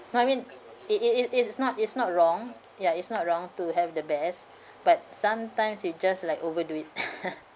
no I mean it it it it is not it's not wrong ya it's not wrong to have the best but sometimes you just like overdo it